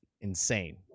insane